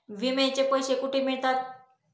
विम्याचे पैसे कुठे मिळतात?